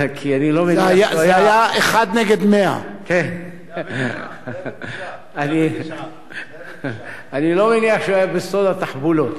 זה היה אחד נגד 100. אני לא מניח שהוא היה בסוד התחבולות,